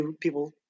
people